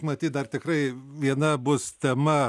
matyt dar tikrai viena bus tema